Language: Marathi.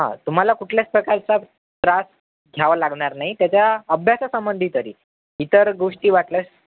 हां तुम्हाला कुठल्याच प्रकारचा त्रास घ्यावा लागणार नाही त्याच्या अभ्यासासंबंधी तरी इतर गोष्टी वाटल्यास